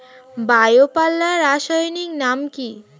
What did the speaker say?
Bio পাল্লার রাসায়নিক নাম কি?